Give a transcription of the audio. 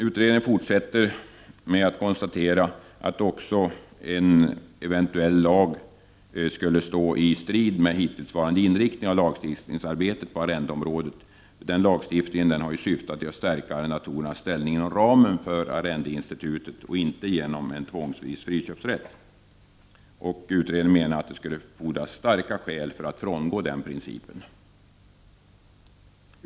Utredningen konstaterar också att en eventuell lag skulle stå i strid med hittillsvarande inriktning av lagstiftningsarbetet på arrendeområdet, som har syftat till att stärka arrendatorernas ställning inom ramen för arrendeinstitutet och inte genom en tvångsvis friköpsrätt. Det skulle därför fordras starka skäl för att frångå denna princip.